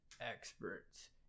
experts